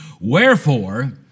Wherefore